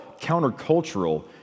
countercultural